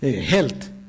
health